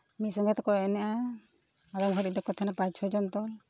ᱢᱤᱫ ᱥᱚᱝᱜᱮ ᱛᱮᱠᱚ ᱮᱱᱮᱡᱼᱟ ᱟᱫᱚᱢ ᱜᱷᱟᱹᱲᱤᱡ ᱫᱚᱠᱚ ᱛᱟᱦᱮᱱᱟ ᱯᱟᱸᱪ ᱪᱷᱚ ᱡᱚᱱ ᱫᱚᱞ